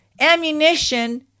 ammunition